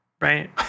right